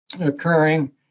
occurring